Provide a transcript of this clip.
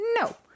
No